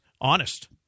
honest